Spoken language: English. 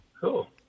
Cool